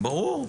ברור.